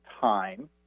time